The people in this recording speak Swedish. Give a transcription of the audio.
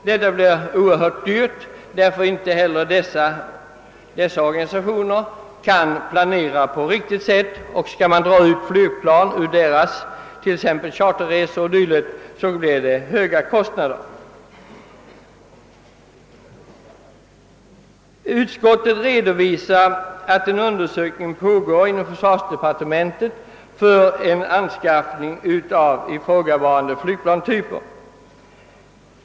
Detta blir oerhört dyrt, ty inte heller dessa organisationer kan planera på ett riktigt sätt, och därest man skall ta ut flygplan från t.ex. redan planerade charterresor blir kostnaderna höga. Utskottet redovisar att en undersökning pågår inom försvarsdepartementet för anskaffning av ifrågavarande flygplanstyper.